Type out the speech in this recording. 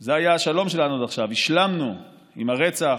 זה היה השלום שלנו עד עכשיו, השלמנו עם הרצח,